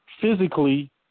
physically